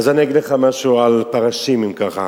אז אני אגיד לך משהו על פרשים, אם ככה.